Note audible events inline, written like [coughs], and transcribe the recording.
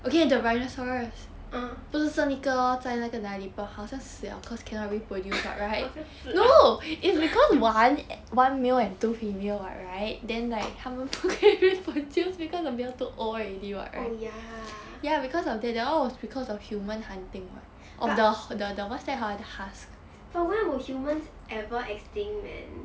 ah [coughs] 好像是 ah [laughs] oh ya but but why will humans ever extinct man